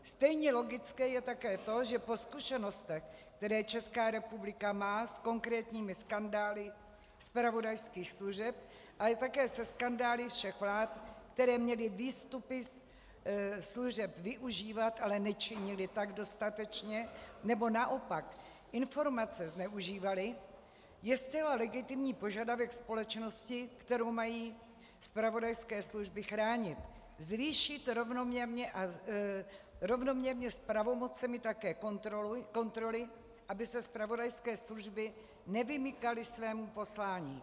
Stejně logické je také to, že po zkušenostech, které Česká republika má s konkrétními skandály zpravodajských služeb, ale také se skandály všech vlád, které měly výstupy služeb využívat, ale nečinily tak dostatečně, nebo naopak informace zneužívaly, je zcela legitimní požadavek společnosti, kterou mají zpravodajské služby chránit, zvýšit rovnoměrně s pravomocemi také kontroly, aby se zpravodajské služby nevymykaly svému poslání.